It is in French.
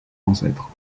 ancêtre